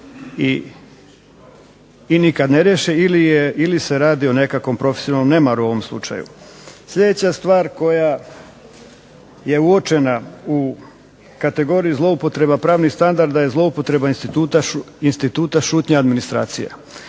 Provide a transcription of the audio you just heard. i nikad ne riješe ili se radi o nekakvom profesionalnom nemaru u ovom slučaju. Sljedeća stvar koja je uočena u kategoriji zloupotreba pravnih standarda je zloupotreba instituta šutnje administracije.